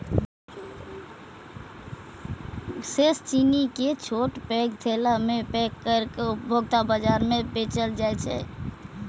शेष चीनी कें छोट पैघ थैला मे पैक कैर के उपभोक्ता बाजार मे बेचल जाइ छै